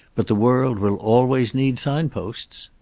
but the world will always need signposts.